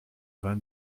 vingt